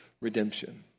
redemption